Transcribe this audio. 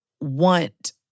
Want